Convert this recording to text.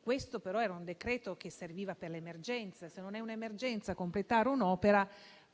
Questo però era un decreto-legge che serviva per l'emergenza. Se non è un'emergenza completare un'opera,